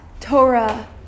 Torah